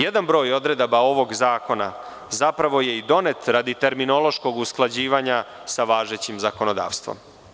Jedan broj odredaba ovog zakona zapravo je i donet radi terminološkog usklađivanja sa važećim zakonodavstvom.